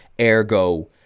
ergo